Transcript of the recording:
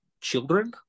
children